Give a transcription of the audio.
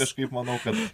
kažkaip manau kad